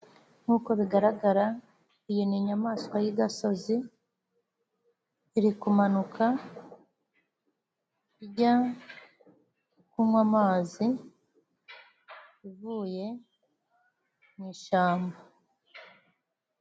Nk'uko bigaragara iyi ni inyamaswa y'igasozi iri kumanuka ijya kunywa amazi ivuye mu ishyamba.